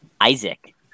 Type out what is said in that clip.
Isaac